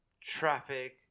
traffic